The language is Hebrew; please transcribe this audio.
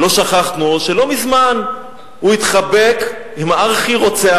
לא שכחנו שלא מזמן הוא התחבק עם הארכי-רוצח,